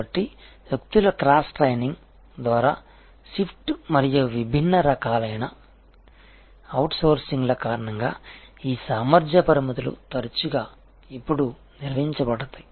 కాబట్టి వ్యక్తుల cross training ద్వారా షిఫ్ట్ మరియు విభిన్న రకాలైన అవుట్సోర్సింగ్ల కారణంగా ఈ సామర్థ్య పరిమితులు తరచుగా ఇప్పుడు నిర్వహించబడతాయి